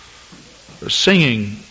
singing